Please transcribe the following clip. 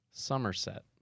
Somerset